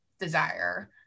desire